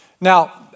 Now